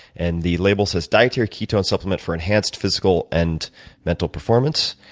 and the label says dietary ketone supplement for enhanced physical and mental performance.